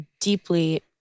deeply